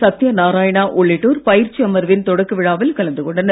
சத்தியநாராயணா உள்ளிட்டார் பயிற்சி அமர்வின் தொடக்க விழாவில் கலந்து கொண்டனர்